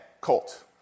colt